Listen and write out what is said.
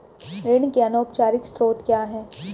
ऋण के अनौपचारिक स्रोत क्या हैं?